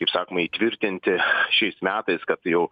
kaip sakoma įtvirtinti šiais metais kad jau